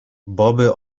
boby